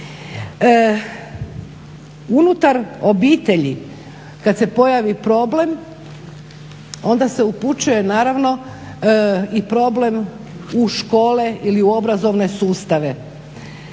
Unutar obitelji kad se pojavi problem onda se upućuje naravno i problem u škole ili u obrazovne sustave.